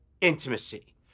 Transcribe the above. intimacy